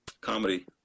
comedy